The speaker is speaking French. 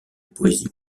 poésie